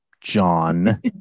John